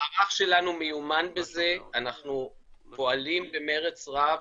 המערך שלנו מיומן בזה, אנחנו פועלים במרץ רב,